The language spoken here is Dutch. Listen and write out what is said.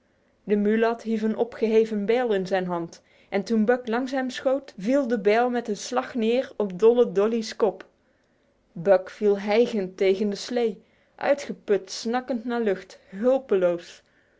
de mulat hield een opgeheven bijl in zijn hand en toen buck langs hem schoot viel de bijl met een slag neer op dolly's kop buck viel hijgend tegen de slee uitgeput snakkend naar lucht hulpeloos